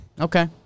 Okay